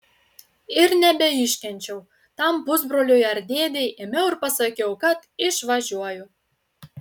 ir nebeiškenčiau tam pusbroliui ar dėdei ėmiau ir pasisakiau kad išvažiuoju